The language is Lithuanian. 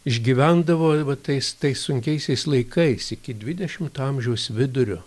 išgyvendavo va tais tais sunkiaisiais laikais iki dvidešimto amžiaus vidurio